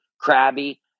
crabby